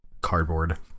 cardboard